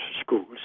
schools